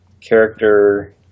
character